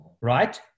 right